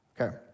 Okay